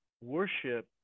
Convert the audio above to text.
worship